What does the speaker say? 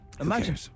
Imagine